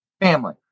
family